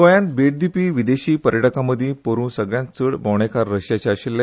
गोंयात भेट दिवपी विदेशी पर्यटकांमदी पोरूं सगळ्यांत चड भोवंडेकार रशियाचे आशिल्ले